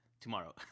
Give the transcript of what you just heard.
tomorrow